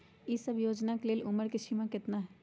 ई सब योजना के लेल उमर के सीमा केतना हई?